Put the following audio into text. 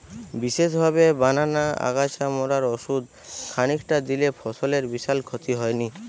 বিশেষভাবে বানানা আগাছা মারার ওষুধ খানিকটা দিলে ফসলের বিশাল ক্ষতি হয়নি